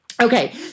Okay